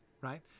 right